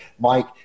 Mike